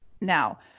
Now